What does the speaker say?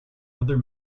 other